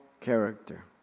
character